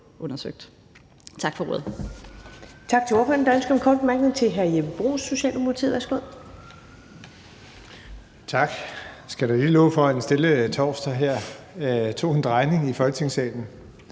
Tak for ordet.